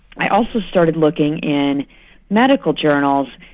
i also started looking in medical journals,